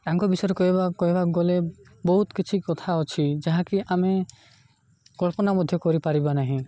ତାଙ୍କ ବିଷୟରେ କହିବା କହିବାକୁ ଗଲେ ବହୁତ କିଛି କଥା ଅଛି ଯାହାକି ଆମେ କଳ୍ପନା ମଧ୍ୟ କରିପାରିବା ନାହିଁ